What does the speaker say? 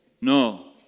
No